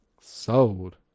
Sold